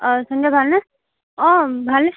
অ ভালনে